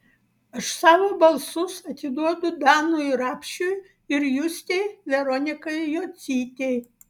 aš savo balsus atiduodu danui rapšiui ir justei veronikai jocytei